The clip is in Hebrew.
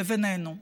לבינינו,